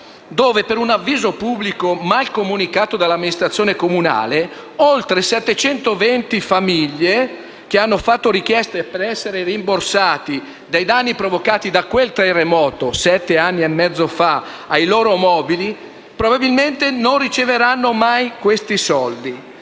dove per un avviso pubblico, mal comunicato dall'amministrazione comunale, oltre 720 famiglie che hanno fatto richiesta per essere rimborsati dai danni provocati da quel terremoto sette anni e mezzo fa ai loro mobili, probabilmente non riceveranno mai questi soldi.